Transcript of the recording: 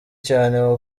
cyane